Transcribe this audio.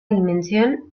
dimensión